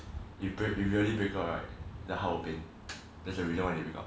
if break if really break up right the heart will pain that's the reason why they break up